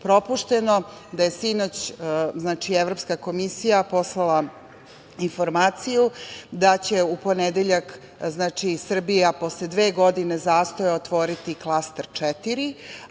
da je sinoć Evropska komisija poslala informaciju da će u ponedeljak Srbija posle dve godine zastoja otvoriti Klaster 4,